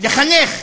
לחנך,